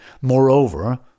Moreover